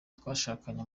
twashakanye